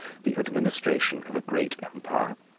the administration of a great empire.